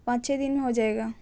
پانچ چھ دن میں ہو جائے گا